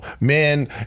men